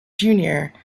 junior